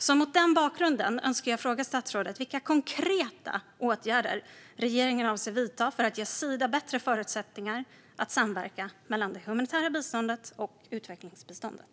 Så mot den bakgrunden önskar jag fråga statsrådet vilka konkreta åtgärder regeringen avser att vidta för att ge Sida bättre förutsättningar till samverkan mellan det humanitära biståndet och utvecklingsbiståndet.